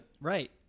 Right